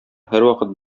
һәрвакыт